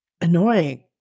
annoying